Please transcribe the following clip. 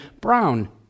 brown